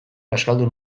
bazkaldu